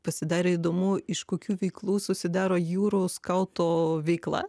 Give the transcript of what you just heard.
pasidarė įdomu iš kokių veiklų susidaro jūrų skauto veikla